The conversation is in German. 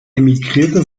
emigrierte